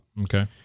okay